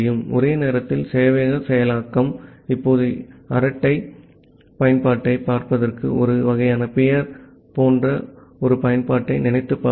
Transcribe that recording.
ஒரே நேரத்தில் சேவையக செயலாக்கம் இப்போது அரட்டை பயன்பாட்டைப் பார்ப்பதற்கு ஒரு வகையான பியர் போன்ற ஒரு பயன்பாட்டை நினைத்துப் பாருங்கள்